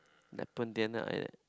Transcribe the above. like pontianak like that